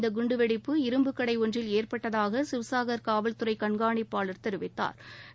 இந்த குண்டு வெடிப்பு இரும்பு கடை ஒன்றில் ஏற்பட்டதாக சிவ்சாகர் காவல்துறை கண்காணிப்பாளர் தெரிவித்தாா்